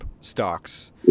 stocks